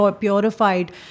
purified